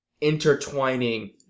intertwining